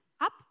up